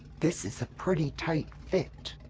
this is a pretty tight fit.